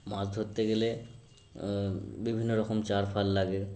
মাজ ধরতে গেলে বিভিন্ন রকম চার ফার লাগে